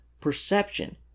perception